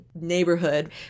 neighborhood